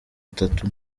atatu